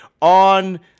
on